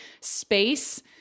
space